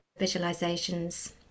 visualizations